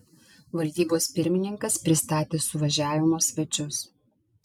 valdybos pirmininkas pristatė suvažiavimo svečius